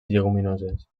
lleguminoses